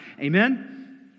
Amen